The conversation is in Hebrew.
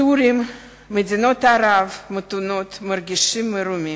הסורים ומדינות ערביות מתונות, מרגישים מרומים.